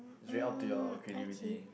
it's really up to your creativity